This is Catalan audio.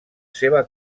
seva